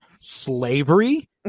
slavery